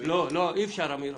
לא יהיו תקנות.